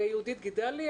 יהודית גידלי,